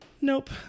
Nope